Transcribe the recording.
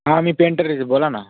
हां मी पेंटर आहे बोला ना